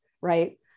right